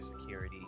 security